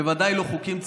בוודאי לא חוקים ציוניים.